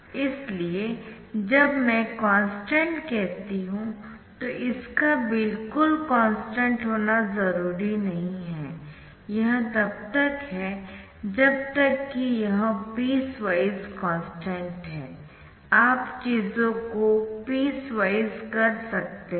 इसलिए जब मैं कॉन्स्टन्ट कहती हूं तो इसका बिल्कुल कॉन्स्टन्ट होना जरूरी नहीं है यह तब तक है जब तक कि यह पीसवाइज कॉन्स्टन्ट है आप चीजों को पीसवाइज कर सकते है